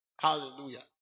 Hallelujah